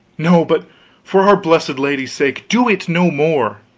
no but for our blessed lady's sake, do it no more.